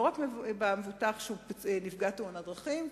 לא רק במבוטח שהוא נפגע תאונת דרכים,